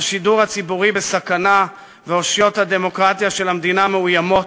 השידור הציבורי בסכנה ואושיות הדמוקרטיה של המדינה מאוימות,